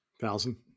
thousand